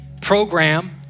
program